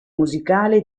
musicale